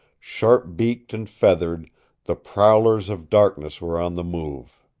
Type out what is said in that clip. sharp-beaked and feathered the prowlers of darkness were on the move.